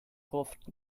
gruft